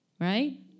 right